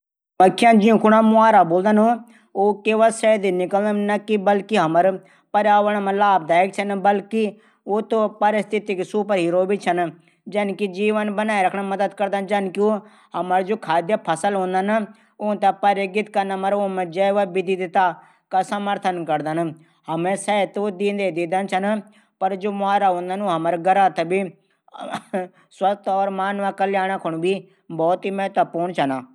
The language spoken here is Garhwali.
मधुमक्खी जूंखुने मुवारा बुलदन ऊ केवल शहद ही निकलण मा बल्कि पर्यावरण मा लाभदायक छन। ऊ परिस्थिति सुपर हीरो भी छन। जनकी जीवन बणाये रखण मा मदद करदन। हमरी जू खाद्य फसल हूदन। ऊथै परेगित कन मा मदद करदन। जैविक विविधता का समर्थन करदन। हमथै शहद तू वू दींदा ही दींदा छन। म्वारा हमर जीवन कल्याण कू भी बहुत महत्वपूर्ण छन